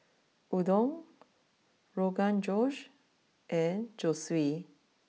Udon Rogan Josh and Zosui